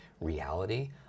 reality